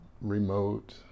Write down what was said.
remote